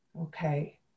Okay